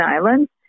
islands